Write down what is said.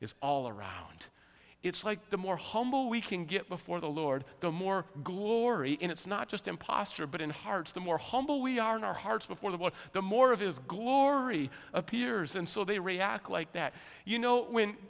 is all around it's like the more humble we can get before the lord the more glory in it's not just in posture but in hearts the more humble we are in our hearts before the what the more of his glory appears and so they react like that you know when